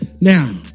now